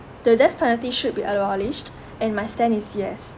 the death penalty should be abolished and my stand is yes